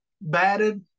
batted